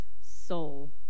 soul